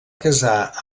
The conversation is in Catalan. casar